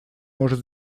может